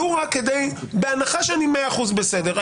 בהנחה שאני 100% בסדר,